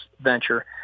venture